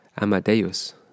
Amadeus